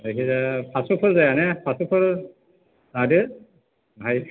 जायखिजाया पास्स'फोर जायाना पास्स'फोर लादो भाई